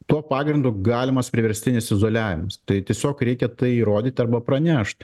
tuo pagrindu galimas priverstinis izoliavimas tai tiesiog reikia tai įrodyt arba pranešt